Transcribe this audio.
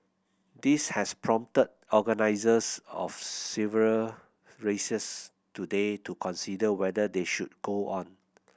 this has prompted organisers of several races today to consider whether they should go on